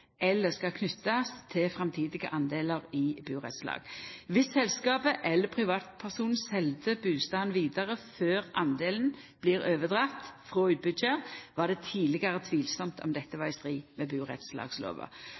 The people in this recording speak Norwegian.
eller skal knytast til, framtidige delar i burettslag. Dersom selskapet eller privatpersonen sel bustaden vidare før delen blir overdregen frå utbyggjar, var det tidlegare tvilsamt om dette var i strid med burettslagslova.